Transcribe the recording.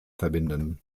verbinden